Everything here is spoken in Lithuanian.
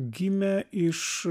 gimė iš